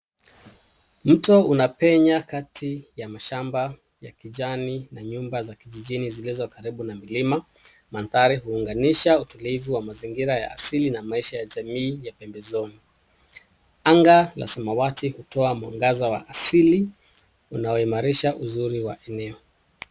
Mto unapenya kati ya mashamba ya kijani na nyumba za kijijini zilizo karibu na milima. Mandhari huunganisha utulivu wa mazingira ya asili na maisha ya jamii ya pembezoni. Anga la samawati hutoa mwangaza wa asili unaoimarisha uzuri wa eneo.